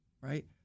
right